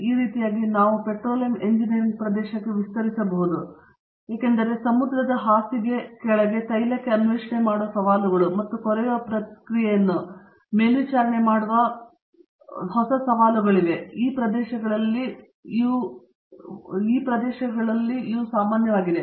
ಈ ರೀತಿಯಾಗಿ ನಾವು ಪೆಟ್ರೋಲಿಯಂ ಇಂಜಿನಿಯರಿಂಗ್ ಪ್ರದೇಶಕ್ಕೆ ವಿಸ್ತರಿಸಬಹುದು ಏಕೆಂದರೆ ಸಮುದ್ರದ ಹಾಸಿಗೆ ಕೆಳಗೆ ತೈಲಕ್ಕೆ ಅನ್ವೇಷಣೆ ಮಾಡುವ ಸವಾಲುಗಳು ಮತ್ತು ಕೊರೆಯುವ ಪ್ರಕ್ರಿಯೆಯನ್ನು ಮೇಲ್ವಿಚಾರಣೆ ಮಾಡುವ ಹೊಸ ಸವಾಲಿನ ಪ್ರದೇಶಗಳಲ್ಲಿ ಬಹಳಷ್ಟು ಒಳಗೊಂಡಿವೆ